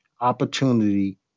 opportunity